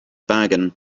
bargain